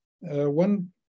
One